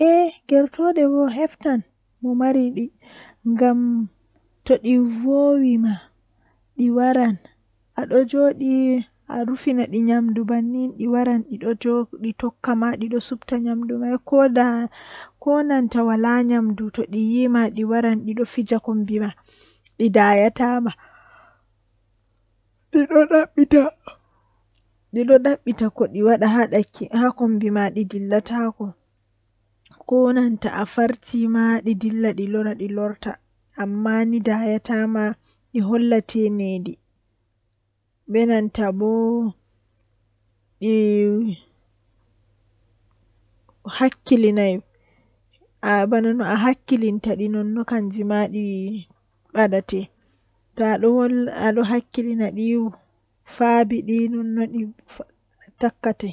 Mi wayn mo o tokka danuki be law to ohebi o dani be law wawan walluki mo haa babal finugo o tokka finugo law nden o tokka wadugo mo findinta mo debbo mako malla sobajo mako malla mo woni haa kombi maako tokka findungo mo be law.